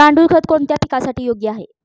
गांडूळ खत कोणत्या पिकासाठी योग्य आहे?